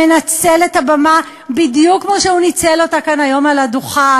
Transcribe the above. ומנצל את הבמה בדיוק כמו שהוא ניצל אותה כאן היום על הדוכן.